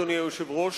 אדוני היושב-ראש,